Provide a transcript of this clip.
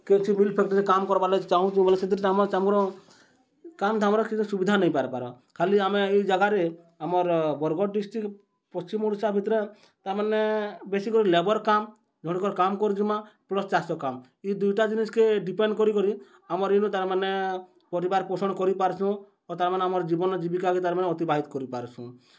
କେନ୍ସି mill factory ରେ କାମ୍ କରବାର୍ ଲାଗି ଚାହୁଁଛୁ ବେଲେ ବି ସେଥିରେ ଆମର୍ କାମ୍ ଧାମ୍ର କିଛି ସୁବିଧା ନାଇହେଇ ପାର୍ବାର୍ ଖାଲି ଆମେ ଇ ଜାଗାରେ ଆମର୍ ବରଗଡ଼ ଡିଷ୍ଟ୍ରିକ୍ଟ ପଶ୍ଚିମ୍ଓଡ଼ିଶା ଭିତ୍ରେ ତା'ର୍ମାନେ ବେଶୀ କରି ଲେବର୍ କାମ୍ ଜଣ୍କର୍ କାମ୍ କରିଯିମା ପ୍ଲସ୍ ଚାଷ୍ କାମ୍ ଇ ଦୁଇଟା ଜିନିଷ୍କେ ଡିପେଣ୍ଡ୍ କରିକରି ଆମର୍ ଇନୁ ତା'ର୍ମାନେ ପରିବାର୍ ପୋଷଣ କରିପାର୍ସୁଁ ଓ ତା'ର୍ମାନେ ଆମର୍ ଜୀବନ୍ ଜୀବିକାକେ ତା'ର୍ମାନେ ଅତିବାହିତ କରିପାର୍ସୁଁ